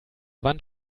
wand